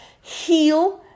Heal